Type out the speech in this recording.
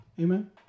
Amen